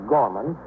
Gorman